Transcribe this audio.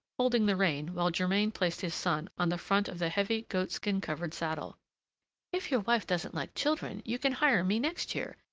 holding the rein while germain placed his son on the front of the heavy goat-skin-covered saddle if your wife doesn't like children, you can hire me next year,